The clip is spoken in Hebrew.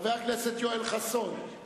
חברת הכנסת זועבי פה.